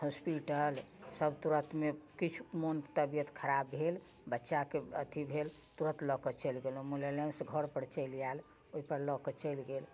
hospital सब तुरतमे किछु मोन तबियत खराब भेल बच्चाके अथी भेल तुरत लअके चलि गेलहुँ एम्बुलेंस घरपर चलि आयल ओइपर लअके चलि गेल